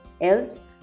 else